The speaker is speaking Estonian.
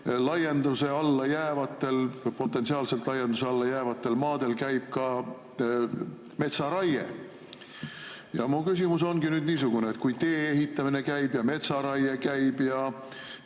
potentsiaalselt laienduse alla jäävatel maadel käib ka metsaraie. Ja mu küsimus ongi nüüd niisugune, et kui tee ehitamine käib ja metsaraie käib ja